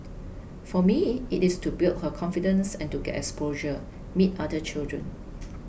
for me it is to build her confidence and to get exposure meet other children